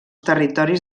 territoris